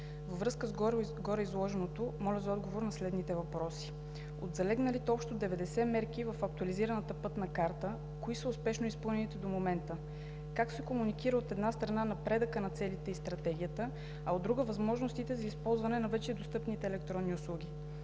Във връзка с гореизложеното моля за отговор на следните въпроси: от залегналите общо 90 мерки в Актуализираната пътна карта кои са успешно изпълнените до момента? Как се комуникира, от една страна, напредъкът на целите и Стратегията, а от друга – възможностите за използване на вече достъпните електронни услуги?